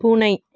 பூனை